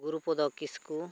ᱜᱩᱨᱩᱯᱚᱫᱚ ᱠᱤᱥᱠᱩ